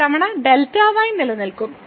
ഇത്തവണ Δy നിലനിൽക്കും